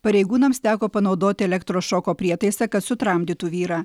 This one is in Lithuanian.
pareigūnams teko panaudoti elektrošoko prietaisą kad sutramdytų vyrą